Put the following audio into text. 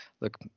look